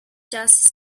just